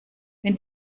wenn